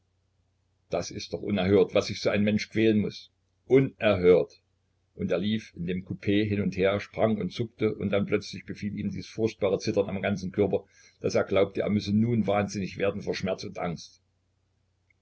das ist doch unerhört was sich so ein mensch quälen muß unerhört und er lief in dem coup hin und her sprang und zuckte und dann plötzlich befiel ihn dies furchtbare zittern am ganzen körper daß er glaubte er müsse nun wahnsinnig werden vor schmerz und angst